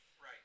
Right